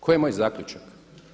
Koji je moj zaključak?